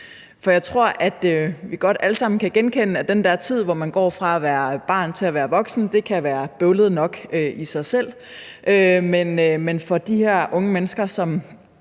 For jeg tror, vi alle sammen godt kan genkende, at den tid, hvor man går fra at være barn til at være voksen, kan være bøvlet nok i sig selv, men for de her unge mennesker, som